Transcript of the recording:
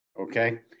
okay